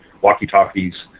walkie-talkies